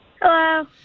Hello